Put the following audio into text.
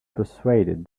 persuaded